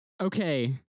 okay